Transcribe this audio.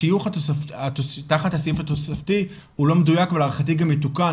השיוך תחת הסעיף התוספתי אינו מדויק ולהערכתי גם מתוקן,